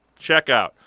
checkout